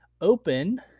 open